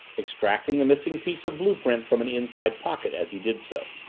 extracting the missing piece of blue-print from an inside pocket as he did so.